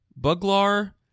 Buglar